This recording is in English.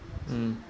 mm